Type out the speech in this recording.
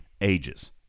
ages